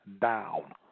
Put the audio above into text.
down